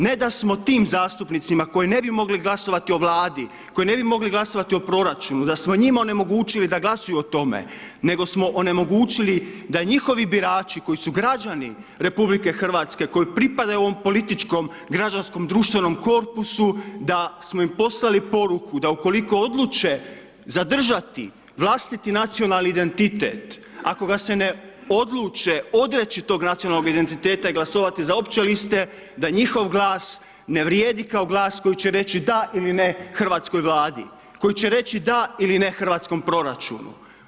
Ne da smo tim zastupnicima koji ne bi mogli glasovati o Vladi, koji ne bi mogli glasovati o proračunu, da smo njima onemogućili da glasuju o tome, nego smo onemogućili da njihovi birači koji su građani RH, koji pripadaju ovom političkom građanskom društvenom korpusu, da smo im poslali poruku da ukoliko odluče zadržati vlastiti nacionalni identitet ako ga se ne odluče odreći tog nacionalnog identiteta i glasovati za opće liste, da njihov glas ne vrijedi kao glas koji će reći da ili ne hrvatskoj Vladi, koji će reći da ili ne hrvatskom proračunu.